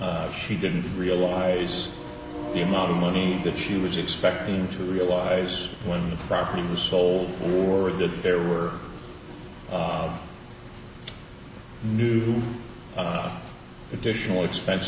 reason she didn't realize the amount of money that she was expecting to realize when the property was sold or that there were new additional expense